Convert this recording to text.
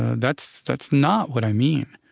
that's that's not what i mean.